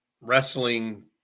wrestling